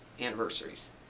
anniversaries